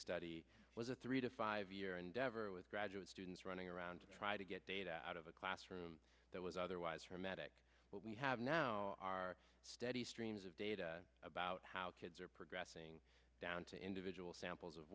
study was a three to five year endeavor with graduate students running around trying to get data out of a classroom that was otherwise hermetic what we have now are steady streams of data about how kids are progressing down to individual samples of